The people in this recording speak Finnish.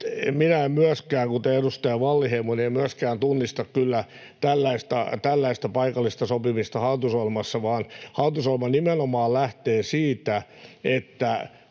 Minä en myöskään, kuten edustaja Wallinheimo, tunnista kyllä tällaista paikallista sopimista hallitusohjelmassa, vaan hallitusohjelma nimenomaan lähtee siitä, että